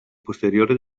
posteriore